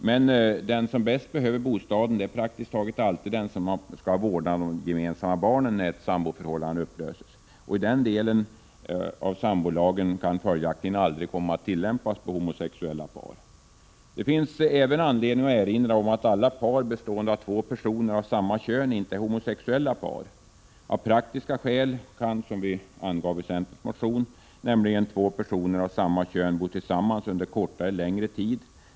Men den som bäst behöver bostaden är praktiskt taget alltid den som skall ha vårdnaden av de gemensamma barnen när ett samboförhållande upplöses. Den delen av sambolagen kan följaktligen aldrig komma att tillämpas på homosexuella par. Det finns även anledning att erinra om att alla par bestående av två personer av samma kön inte är homosexuella par. Av praktiska skäl kan, som vi angav i centerns motion, nämligen två personer av samma kön bo tillsammans under kortare eller längre tid.